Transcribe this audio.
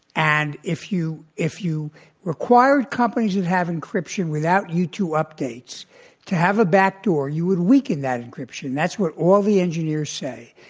and if you if you require companies that have encryption without u two updates to have a back door, you would weaken that encryption. that's what all the engineers say.